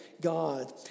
God